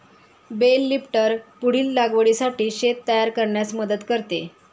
bell lifter पुढील लागवडीसाठी शेत तयार करण्यास मदत करते